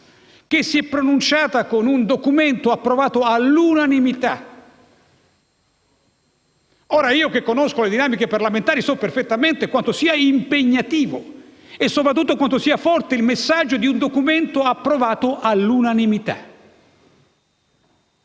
che si è pronunciata con un documento approvato all'unanimità. Ed io che conosco le dinamiche parlamentari so perfettamente quanto sia impegnativo e soprattutto quanto sia forte il messaggio di un documento approvato all'unanimità.